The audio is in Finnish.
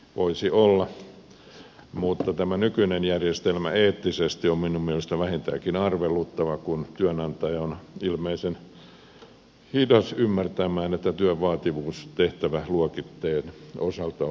voisi olla mutta tämä nykyinen järjestelmä on minun mielestäni eettisesti vähintäänkin arveluttava kun työnantaja on ilmeisen hidas ymmärtämään että työn vaativuus tehtäväluokittelun osalta olisi syytä käynnistää